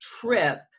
trip